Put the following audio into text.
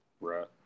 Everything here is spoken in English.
right